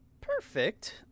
perfect